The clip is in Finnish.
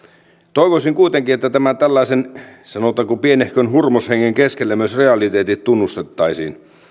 toivoisin kuitenkin että tämän tällaisen sanotaanko pienehkön hurmoshengen keskellä myös realiteetit tunnustettaisiin